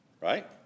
Right